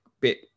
bit